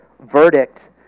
verdict